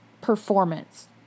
performance